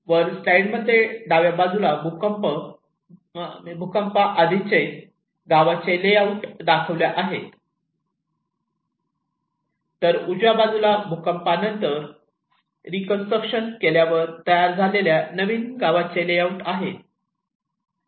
वर स्लाईड मध्ये डाव्या बाजूला भूकंप आधीचे गावाचे लेआउट दाखविले आहे तर उजव्या बाजूला भूकंपानंतर रीकन्स्ट्रक्शन केल्यावर तयार झालेल्या नवीन गावाचे लेआउट आहे